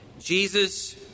Jesus